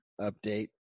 update